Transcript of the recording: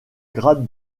grade